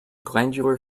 glandular